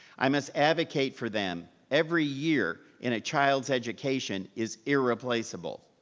i must advocate for them. every year in a child's education is irreplaceable.